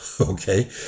Okay